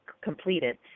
Completed